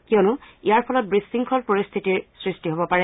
কিয়নো ইয়াৰ ফলত বিশৃংখল পৰিস্থিতিৰ সৃষ্টি হ'ব পাৰে